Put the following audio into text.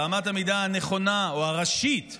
ואמת המידה הנכונה או הראשית.